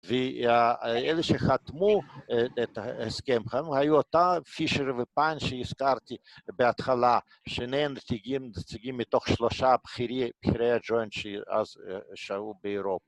‫ואלה שחתמו את ההסכם החיים, ‫היו אותם, פישר ופיין, ‫שהזכרתי בהתחלה, ‫שניהם נציגים, נציגים מתוך שלושה ‫בחירי הג'וינט שאהבו באירופה.